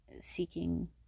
seeking